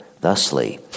thusly